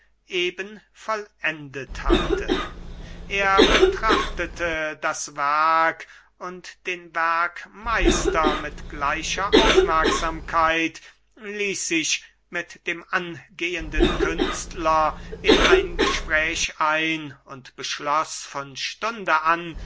eben vollendet hatte er betrachtete das werk und den werkmeister mit gleicher aufmerksamkeit ließ sich mit dem angehenden künstler in ein gespräch ein und beschloß von stunde an